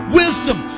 wisdom